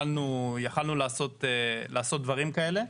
יכולנו לעשות דברים כאלה.